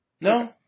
No